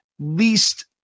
least